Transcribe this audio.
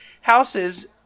houses